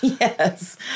Yes